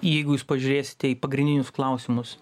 jeigu jūs pažiūrėsite į pagrindinius klausimus